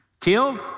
kill